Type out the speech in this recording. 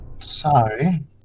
Sorry